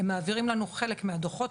הם מעבירים לנו חלק מהדוחות,